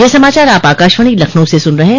ब्रे क यह समाचार आप आकाशवाणी लखनऊ से सुन रहे हैं